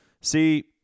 See